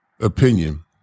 opinion